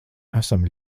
esam